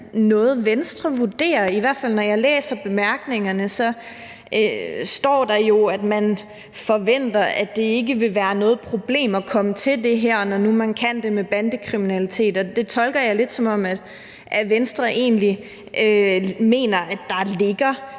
noget, Venstre vurderer. I hvert fald står der at læse i bemærkningerne, at man forventer, at det ikke vil være noget problem at komme til det her, når nu man kan det i forbindelse med bandekriminalitet, og det tolker jeg lidt, som om at Venstre egentlig mener, at der ligger